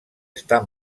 estar